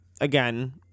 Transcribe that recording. again